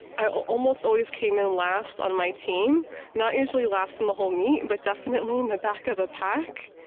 i almost always came in last on my team not usually last in the whole meet, but definitely in the back of the pack.